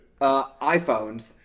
iPhones